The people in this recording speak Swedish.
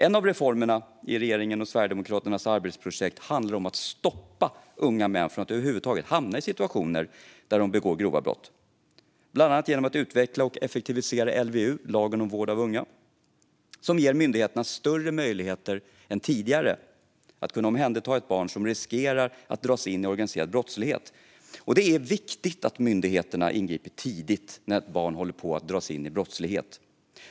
En av reformerna i regeringens och Sverigedemokraternas arbetsprojekt handlar om att stoppa unga män från att över huvud taget hamna i situationer där de begår grova brott, bland annat genom att utveckla och effektivisera LVU, lagen med särskilda bestämmelser om vård av unga, som ger myndigheterna större möjligheter än tidigare att omhänderta ett barn som riskerar att dras in i organiserad brottslighet. Det är viktigt att myndigheterna ingriper tidigt när ett barn håller på att dras in i brottslighet.